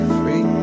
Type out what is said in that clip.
free